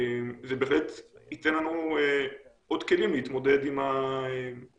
זה בהחלט ייתן לנו עוד כלים להתמודד עם הפנדמיה,